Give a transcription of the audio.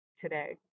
today